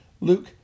Luke